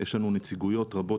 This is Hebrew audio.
יש לנו נציגויות רבות,